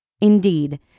Indeed